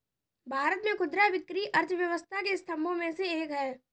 भारत में खुदरा बिक्री अर्थव्यवस्था के स्तंभों में से एक है